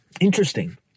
interesting